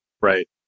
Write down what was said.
Right